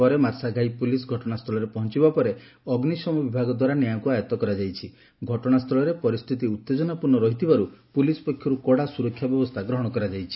ପରେ ମାର୍ଶାଘାଇ ପୁଲିସ୍ ଘଟଣାସ୍ଥଳରେ ପହଞ୍ ବା ପରେ ଅଗ୍ନିଶମ ବିଭାଗଦ୍ୱାରା ନିଆଁକୁ ଆୟଉ କରାଯାଇଥିଲା ଘଟଣାସ୍ତୁଳରେ ପରିସ୍ଚିତି ଉଉଜନାପର୍ଶ୍ୱ ରହିଥିବାରୁ ପୁଲିସ୍ ପକ୍ଷରୁ କଡ଼ା ସ୍ବରକ୍ଷା ବ୍ୟବସ୍ତା ଗ୍ରହଣ କରାଯାଇଛି